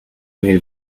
made